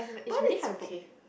but is okay